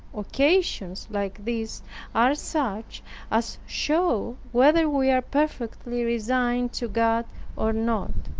occasions like these are such as show whether we are perfectly resigned to god or not.